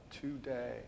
today